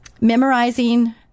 memorizing